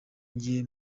ngiye